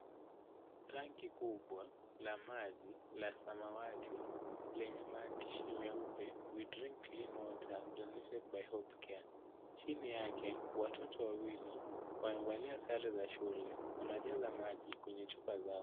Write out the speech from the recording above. Tanki kubwa la maji la samawati lenye maandishi meupa. we drink clean water donated by hope care. Chini yake watoto wawili wamevalia sare za shule wanajaza maji kwenye chupa zao.